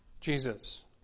Jesus